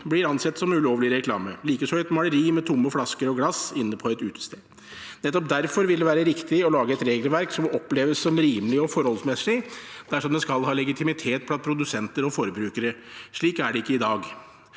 blir ansett som ulovlig reklame, likeså et maleri med tomme flasker og glass inne på et utested. Nettopp derfor vil det være riktig å lage et regelverk som oppleves som rimelig og forholdsmessig, dersom det skal ha legitimitet blant produsenter og forbrukere. Slik er det ikke i dag.